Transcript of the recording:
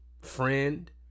friend